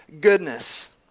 goodness